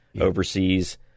overseas